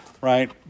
right